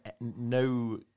no